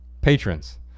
Patrons